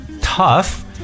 tough